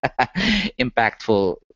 impactful